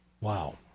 Wow